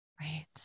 Right